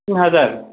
थिन हाजार